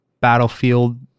battlefield